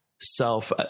self